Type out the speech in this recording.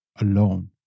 alone